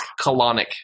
colonic